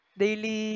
daily